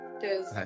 Cheers